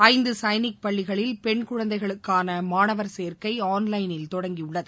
ஐந்து சைனிக் பள்ளிகளில் பெண் குழந்தைகளுக்கான மாணவர் சேர்க்கை ஆன்லைனில் தொடங்கியுள்ளது